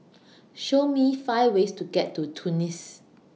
Show Me five ways to get to Tunis